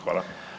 Hvala.